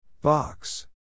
Box